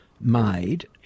made